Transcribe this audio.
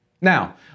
Now